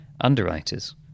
underwriters